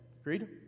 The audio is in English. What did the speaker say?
Agreed